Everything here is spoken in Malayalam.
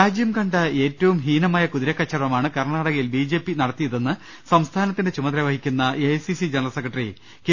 രാജ്യം കണ്ട ഏറ്റവും ഹീനമായ കുതിരകച്ചവടമാണ് കർണാടക യിൽ ബി ജെ പി നടത്തിയതെന്ന് സംസ്ഥാനത്തിന്റെ ചുമതല വഹിക്കുന്ന A I C C general secretary K